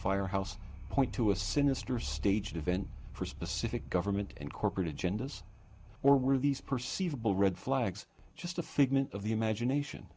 firehouse point to a sinister staged event for specific government and corporate agendas or were these perceivable red flags just a figment of the imagination